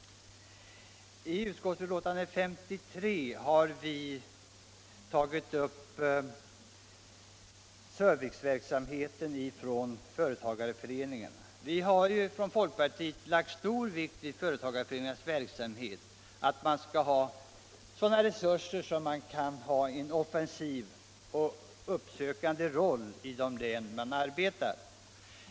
I betänkande 53 berörs företagarföreningarnas serviceverksamhet. Folkpartiet har ju lagt stor vikt vid företagarföreningarnas verksamhet; de skall ha sådana resurser att de kan spela en offensiv och uppsökande roll i de län där de arbetar.